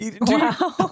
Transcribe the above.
Wow